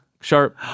sharp